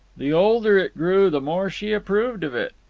the older it grew, the more she approved of it.